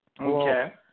Okay